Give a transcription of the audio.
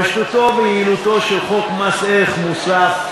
פשטותו ויעילותו של חוק מס ערך מוסף,